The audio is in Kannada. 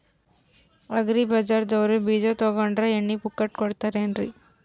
ಅಗ್ರಿ ಬಜಾರದವ್ರು ಬೀಜ ತೊಗೊಂಡ್ರ ಎಣ್ಣಿ ಪುಕ್ಕಟ ಕೋಡತಾರೆನ್ರಿ?